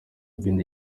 kindi